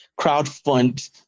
crowdfund